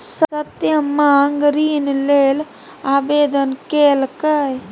सत्यम माँग ऋण लेल आवेदन केलकै